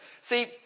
See